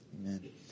Amen